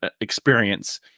experience